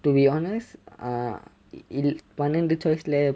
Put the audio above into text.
to be honest err பன்னெண்டு:pannendu choice